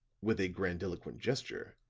with a grandiloquent gesture,